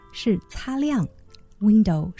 是擦亮。Window